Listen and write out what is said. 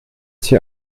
sie